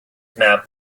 map